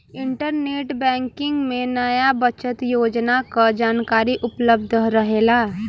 internet banking में नया बचत योजना क जानकारी उपलब्ध रहेला